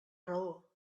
raó